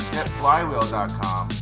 GetFlywheel.com